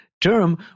term